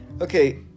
Okay